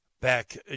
back